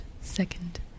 second